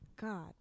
God